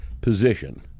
position